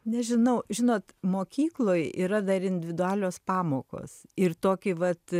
nežinau žinot mokykloj yra dar individualios pamokos ir tokį vat